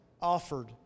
offered